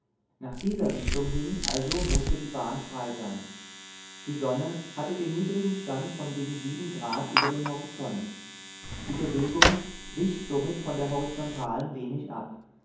nach dieser richtung hin also mußte die bahn frei sein die sonne hatte den niedrigen stand von gegen sieben grad über dem horizont die bewegung wich somit von der horizontalen wenig ab